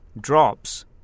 drops